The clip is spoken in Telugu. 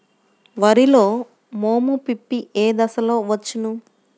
వరిలో మోము పిప్పి ఏ దశలో వచ్చును?